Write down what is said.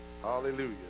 Hallelujah